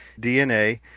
DNA